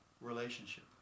relationship